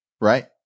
right